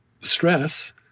stress